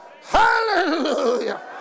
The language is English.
Hallelujah